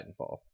Titanfall